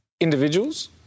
individuals